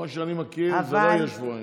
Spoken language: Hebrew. כמו שאני מכיר, זה לא יהיה שבועיים.